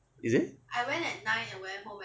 is it